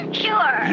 sure